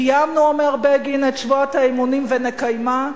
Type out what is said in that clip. קיימנו, אומר בגין, את שבועת האמונים ונקיימה.